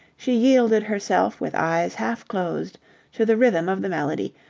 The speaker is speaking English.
she yielded herself with eyes half closed to the rhythm of the melody,